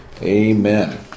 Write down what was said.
Amen